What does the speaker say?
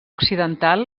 occidental